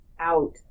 out